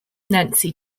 nancy